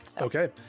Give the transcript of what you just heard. okay